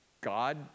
God